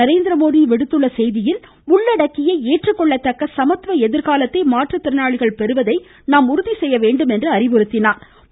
நரேந்திரமோடி விடுத்துள்ள செய்தியில் உள்ளடக்கிய ஏற்றுக்கொள்ளத்தக்க சமத்துவ எதிர்காலத்தை மாற்றுத்திறனாளிகள் பெறுவதை நாம் உறுதி செய்ய வேண்டும் என்று அறிவுறுத்தினாா்